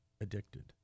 addicted